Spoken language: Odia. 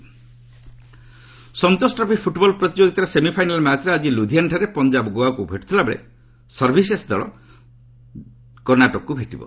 ସନ୍ତୋଷ ଟ୍ରଫି ସନ୍ତୋଷ ଟ୍ରଫି ଫୁଟବଲ୍ ପ୍ରତିଯୋଗିତାର ସେମିଫାଇନାଲ୍ ମ୍ୟାଚ୍ରେ ଆକି ଲୁଧିଆନାଠାରେ ପଞ୍ଜାବ ଗୋଆକୁ ଭେଟୁଥିବା ବେଳେ ସର୍ଭିଶେଷ ଦଳ କର୍ଣ୍ଣାଟକକୁ ଭେଟିବ